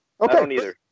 Okay